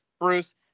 Bruce